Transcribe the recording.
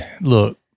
look